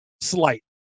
Slight